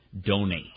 donate